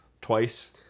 twice